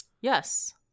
Yes